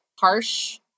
harsh